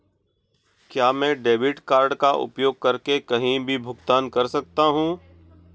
क्या मैं debit card का उपयोग करके कहीं भी भुगतान कर सकता हूं?